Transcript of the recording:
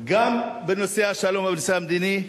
גם בנושא השלום, בנושא המדיני,